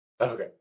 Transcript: Okay